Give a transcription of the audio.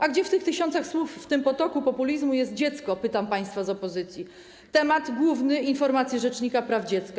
A gdzie w tych tysiącach słów, w tym potoku populizmu jest dziecko - pytam państwa z opozycji - temat główny informacji rzecznika praw dziecka?